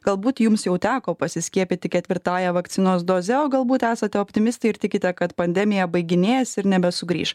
galbūt jums jau teko pasiskiepyti ketvirtąja vakcinos doze o galbūt esate optimistai ir tikite kad pandemija baiginėjasi ir nebesugrįš